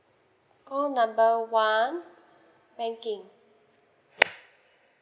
call number one banking